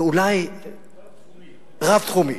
ואולי, רב-תחומי.